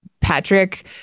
Patrick